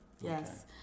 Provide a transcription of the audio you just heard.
Yes